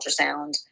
ultrasound